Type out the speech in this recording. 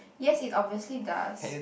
yes it obviously does